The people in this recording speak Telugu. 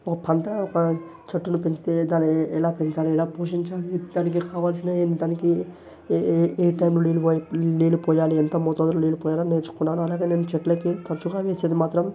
పంట ప చెట్టును పెంచితే దాన్ని ఎలా పెంచాలి ఎలా పోషించాలి దానికి కావలసిన దానికి ఏ టైమ్లో నీళ్ళు పోయి నీళ్ళు పొయ్యాలి ఎంత మోతాదులో నీళ్ళు పొయ్యాలో నేర్చుకున్నాను అలాగే నేను చెట్లకి తరచుగా వేసేది మాత్రం